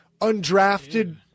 undrafted